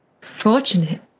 Fortunate